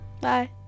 Bye